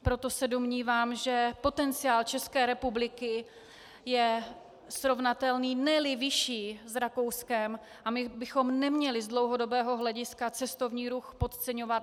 Proto se domnívám, že potenciál České republiky je srovnatelný, neli vyšší, s Rakouskem a my bychom neměli z dlouhodobého hlediska cestovní ruch podceňovat.